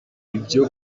ibyo